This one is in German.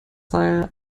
sei